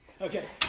Okay